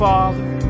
Father